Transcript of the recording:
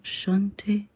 Shanti